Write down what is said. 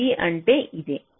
g అంటే ఇదే